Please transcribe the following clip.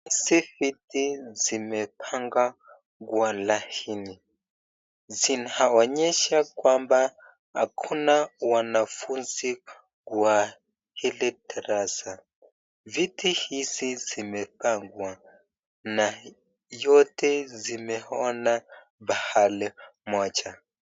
Hizi viti zimepangwa kwa laini, zinaonyesha kwamba akuna wanafunzi kwa darasa. Viti zimepangwa na zimeina pahali moja.